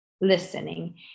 listening